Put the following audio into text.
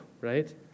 right